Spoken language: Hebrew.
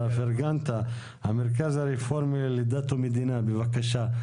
המרכז הרפורמי לדת ומדינה, בבקשה.